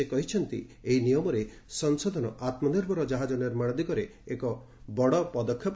ସେ କହିଛନ୍ତି ଏହି ନିୟମରେ ସଂଶୋଧନ ଆତ୍କନିର୍ଭର ଜାହାଜ ନିର୍ମାଣ ଦିଗରେ ଏକ ବଡ଼ ପଦକ୍ଷେପ